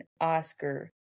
Oscar